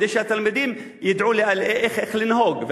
כדי התלמידים ידעו איך לנהוג?